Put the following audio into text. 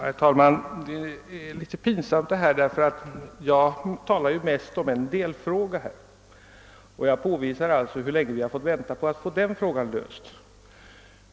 Herr talman! Detta är litet pinsamt detta; här talar jag ju mest om en delfråga och jag påvisar hur länge vi har fått vänta på att få den frågan löst.